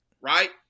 Right